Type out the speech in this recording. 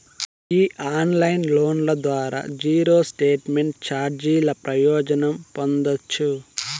ఈ ఆన్లైన్ లోన్ల ద్వారా జీరో స్టేట్మెంట్ చార్జీల ప్రయోజనం పొందచ్చు